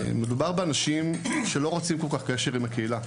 מדובר באנשים שלא רוצים כל כך קשר עם הקהילה,